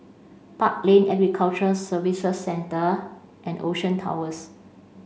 Park Lane Aquaculture Services Centre and Ocean Towers